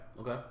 Okay